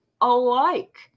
alike